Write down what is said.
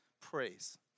praise